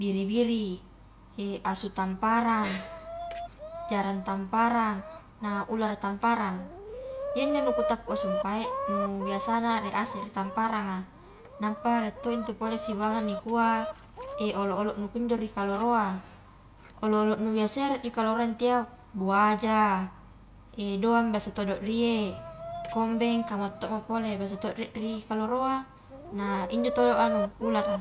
biri-biri, asu tamparang, jarang tamparang na ulara tamparang, iya injo nu kutappua sumpae nu biasana rie ase ri tamparanga, nampa rie to intu pole sibawa nikua olo-olo nu kunjo ri kaloroa, olo-olo nu biasa iya ri kaloroa ntu iya buaja, doang biasa todo rie, kombeng kamua tomo pole, biasa to rie ri kaloroa na injo todo anu ulara.